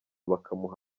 bakamuha